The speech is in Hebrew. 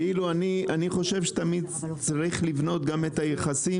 אני חושב שתמיד צריך לבנות גם את היחסים